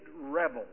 rebel